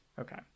Okay